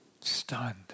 stunned